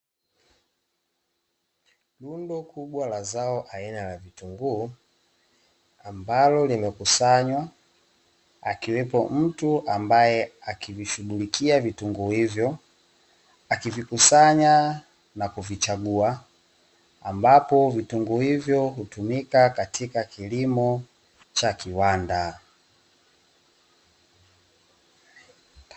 Rundo kubwa la zao aina ya vitunguu ambalo limekusanywa, akiwepo mtu ambaye akivishughulikia vitunguu hivyo, akivikusanya na kuvichagua ambapo vitunguu hivyo hutumika katika kilimo cha kiwanda.